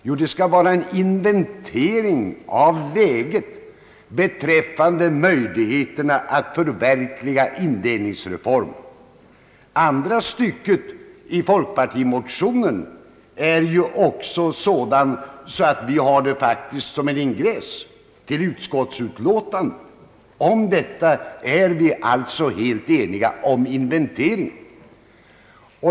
Jo, en inventering av läget beträffande möjligheterna att förverkliga indelningsreformen. Andra stycket i folkpartimotionen har sådan lydelse att vi faktiskt använt det som ingress till detta utskottsutlåtande. Vi är alltså helt eniga om inventeringen.